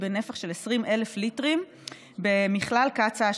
הדלק דלף ממכל שבו 20,000 ליטרים של דלק.